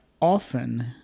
often